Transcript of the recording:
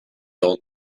old